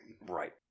right